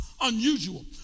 unusual